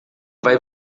vai